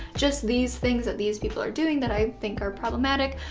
just these things that these people are doing that i think are problematic.